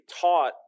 taught